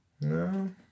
no